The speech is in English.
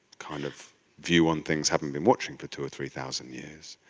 kind of view on things, having been watching for two or three thousand years.